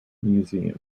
museum